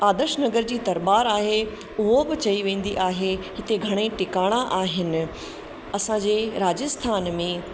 आदर्श नगर जी दरबारु आहे उहो बि चई वेंदी आहे हिते घणेई टिकाणा आहिनि असांजे राजस्थान में